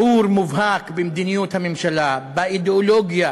ברור, מובהק במדיניות הממשלה, באידיאולוגיה